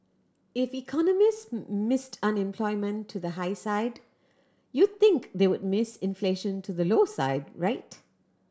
if economist missed unemployment to the high side you think they would miss inflation to the low side right